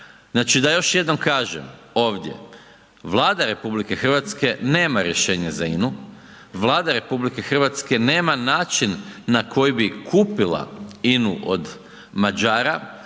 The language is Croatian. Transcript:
Znači da još jednom kažem ovdje, Vlada RH nema rješenja za INA-u, Vlada RH nema način na koji bi kupila INA-u od Mađara,